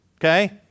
Okay